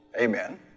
amen